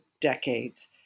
decades